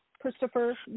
Christopher